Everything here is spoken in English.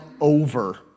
over